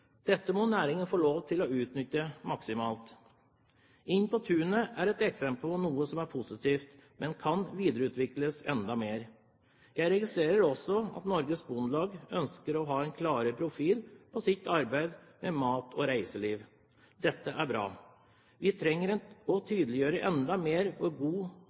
Dette må næringen få lov til å utnytte maksimalt. Den nasjonale strategien Inn på tunet er et eksempel på noe positivt, men som kan videreutvikles enda mer. Jeg registrerer også at Norges Bondelag ønsker å ha en klarere profil på arbeidet med mat og reiseliv. Dette er bra. Vi trenger å tydeliggjøre enda mer hvor god